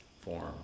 form